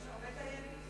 יש הרבה דיינים.